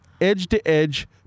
edge-to-edge